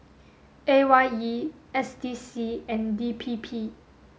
A Y E S D C and D P P